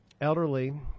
elderly